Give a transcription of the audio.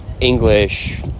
English